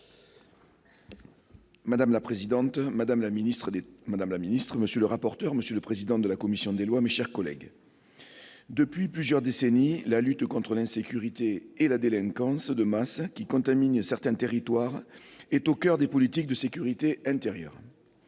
Madame la présidente, madame la ministre, monsieur le rapporteur, monsieur le président de la commission des lois, mes chers collègues, depuis plusieurs décennies, la lutte contre l'insécurité et la délinquance de masse qui contaminent certains territoires est au coeur des politiques de sécurité intérieure.